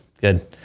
good